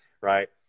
Right